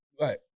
Right